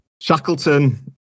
Shackleton